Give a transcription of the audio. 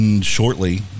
shortly